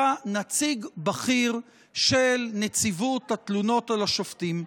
נציג בכיר של נציבות התלונות על השופטים.